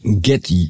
Get